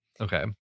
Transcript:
Okay